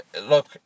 look